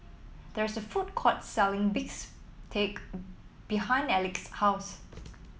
there is a food court selling bistake behind Elex's house